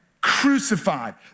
crucified